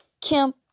Kim